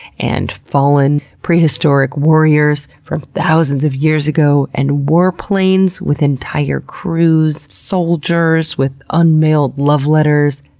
and fallen prehistoric warriors from thousands of years ago, and war planes with entire crews, soldiers with unmailed love letters,